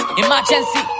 emergency